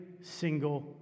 single